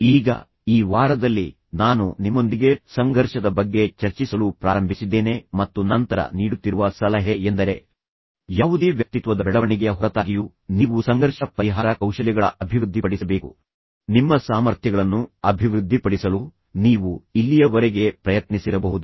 ಈಗ ಈ ವಾರದಲ್ಲಿ ನಾನು ನಿಮ್ಮೊಂದಿಗೆ ಸಂಘರ್ಷದ ಬಗ್ಗೆ ಚರ್ಚಿಸಲು ಪ್ರಾರಂಭಿಸಿದ್ದೇನೆ ಮತ್ತು ನಂತರ ನೀಡುತ್ತಿರುವ ಸಲಹೆ ಎಂದರೆ ಯಾವುದೇ ವ್ಯಕ್ತಿತ್ವದ ಬೆಳವಣಿಗೆಯ ಹೊರತಾಗಿಯೂ ನೀವು ಸಂಘರ್ಷ ಪರಿಹಾರ ಕೌಶಲ್ಯಗಳ ಅಭಿವೃದ್ಧಿ ಪಡಿಸಬೇಕು ನಿಮ್ಮ ಸಾಮರ್ಥ್ಯಗಳನ್ನು ಅಭಿವೃದ್ಧಿಪಡಿಸಲು ನೀವು ಇಲ್ಲಿಯವರೆಗೆ ಪ್ರಯತ್ನಿಸಿರಬಹುದು